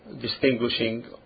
distinguishing